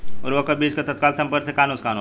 उर्वरक अ बीज के तत्काल संपर्क से का नुकसान होला?